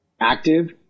Active